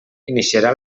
iniciarà